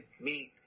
meat